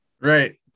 Right